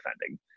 defending